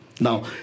now